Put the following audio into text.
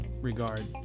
regard